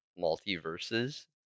multiverses